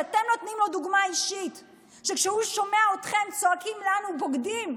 שאתם נותנים לו דוגמה אישית כשהוא שומע אתכם צועקים לנו "בוגדים".